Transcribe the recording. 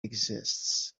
exists